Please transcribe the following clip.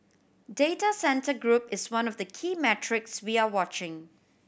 data centre group is one of the key metrics we are watching